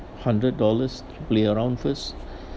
hundred dollars play around first